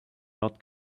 not